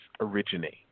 originate